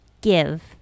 Give